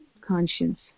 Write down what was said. conscience